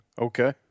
Okay